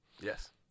Yes